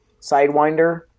sidewinder